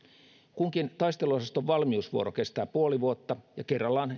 kunkin taisteluosaston valmiusvuoro kestää puoli vuotta ja kerrallaan